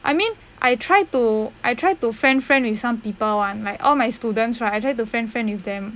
I mean I try to I try to friend friend with some people [one] like my all my students right I try to friend friend with them